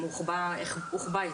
הוא הוחבא היטב.